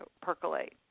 percolate